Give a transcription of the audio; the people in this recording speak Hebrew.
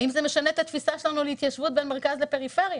האם זה משנה את התפיסה שלנו על התיישבות בין מרכז לפריפריה?